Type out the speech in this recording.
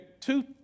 two